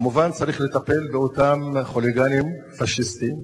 כמובן, צריך לטפל באותם חוליגנים פאשיסטים,